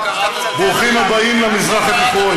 ברוכים הבאים למזרח התיכון.